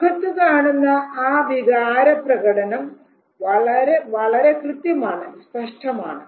മുഖത്ത് കാണുന്ന ആ വികാരപ്രകടനം വളരെ വളരെ കൃത്യമാണ് സ്പഷ്ടമാണ്